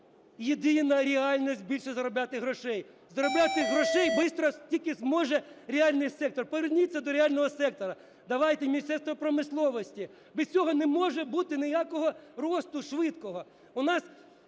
Єдина реальність – більше заробляти грошей. Заробляти швидко гроші може тільки зможе реальний сектор. Поверніться до реального сектору. Давайте, Міністерство промисловості, без цього не може бути ніякого росту швидкого.